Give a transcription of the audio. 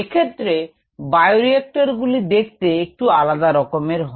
এক্ষেত্রে বায়োরিক্টর গুলি দেখতে একটু আলাদা রকমের হয়